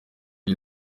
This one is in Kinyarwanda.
iyi